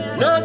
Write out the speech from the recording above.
no